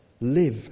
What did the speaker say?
Live